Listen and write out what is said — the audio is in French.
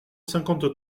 cinquante